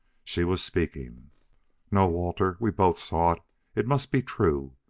she was speaking no, walter we both saw it it must be true.